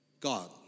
God